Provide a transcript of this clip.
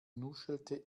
nuschelte